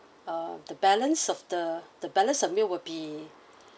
uh the balance of the the balance of meal would be